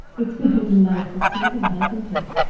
it's been a delightful season, hasn't it?